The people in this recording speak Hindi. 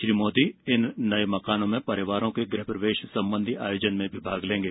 श्री मोदी इन नए मकानों में परिवारों के गृह प्रवेश संबंधी आयोजन में भी भाग लेंगे